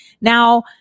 now